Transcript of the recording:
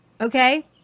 okay